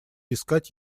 искать